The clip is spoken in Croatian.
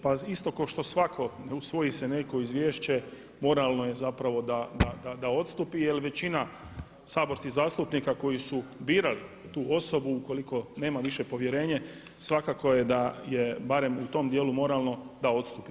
Pa isto kao što svako ne usvoji se neko izvješće moralno je zapravo da odstupi jer većina saborskih zastupnika koji su birali tu osobu ukoliko nema više povjerenje svakako je da je barem u tom dijelu moralno da odstupi.